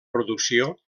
producció